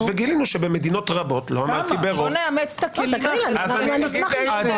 וגילינו שבמדינות רבות לא אמרתי שברוב --- אני אשמח לשמוע,